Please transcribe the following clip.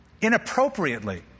Inappropriately